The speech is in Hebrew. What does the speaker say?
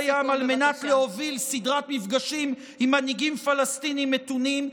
דיים על מנת להוביל סדרת מפגשים עם מנהיגים פלסטינים מתונים.